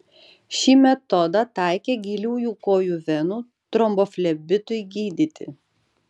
šį metodą taikė giliųjų kojų venų tromboflebitui gydyti